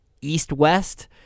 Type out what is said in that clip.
East-West